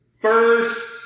First